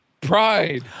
pride